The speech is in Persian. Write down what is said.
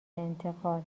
انتقال